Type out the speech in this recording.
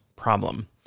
problem